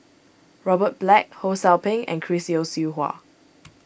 Robert Black Ho Sou Ping and Chris Yeo Siew Hua